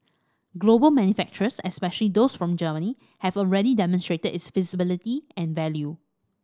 global manufacturers especially those from Germany have already demonstrated its feasibility and value